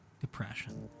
depression